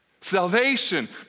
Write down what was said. Salvation